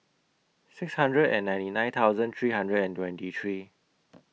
six hundred and ninety nine thousand three hundred and twenty three